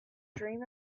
dream